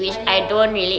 !aiya!